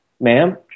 Ma'am